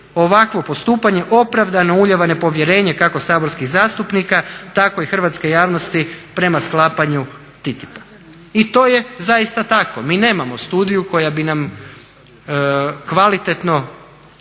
Ovakvo postupanje opravdano ulijeva nepovjerenje kako saborski zastupnika tako i hrvatske javnosti prema sklapanju TTIP-a. I to je zaista tako, mi nemamo studiju koja bi nam kvalitetno